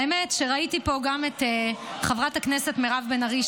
האמת היא שראיתי פה גם את חברת הכנסת מירב בן ארי,